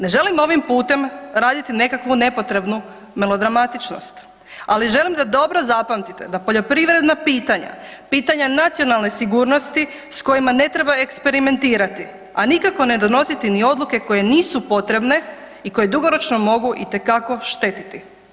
Ne želim ovim putem raditi nekakvu nepotrebnu melodramatičnost, ali želim da dobro zapamtite da poljoprivredna pitanja, pitanja nacionalne sigurnosti s kojima ne treba eksperimentirati, a nikako ne donositi ni odluke koje nisu potrebe i koje dugoročno mogu itekako štetiti.